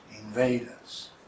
invaders